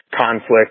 conflict